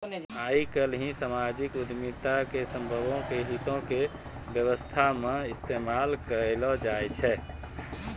आइ काल्हि समाजिक उद्यमिता के सभ्भे के हितो के व्यवस्था मे इस्तेमाल करलो जाय छै